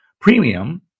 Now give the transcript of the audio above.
premium